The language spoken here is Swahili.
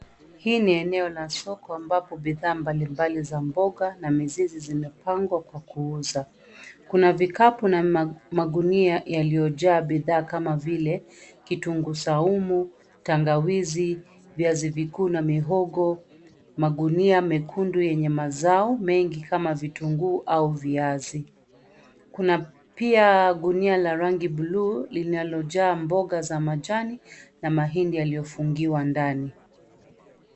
Hii ni eneo la soko ambapo bidhaa mbalimbali za mboga na mizizi zimepangwa kwa kuuza. Kuna vikapu na magunia yaliyojaa bidhaa kama vile kitunguu saumu, tangawizi, viazi vikuu na mihogo. Magunia mekundu yenye mazao mengi kama vitunguu au viazi. Kuna pia gunia la rangi buluu linalojaa mboga za majani na mahindi yaliyofungiwa ndani.